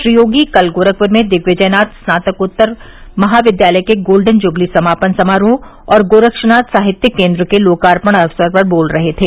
श्री योगी कल गोरखपुर में दिग्विजयनाथ स्नातकोत्तर महाविद्यालय के गोल्डन जुबली समापन समारोह और गोरक्षनाथ साहित्यिक केन्द्र के लोकार्पण अवसर पर बोल रहे थे